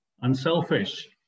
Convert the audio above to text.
unselfish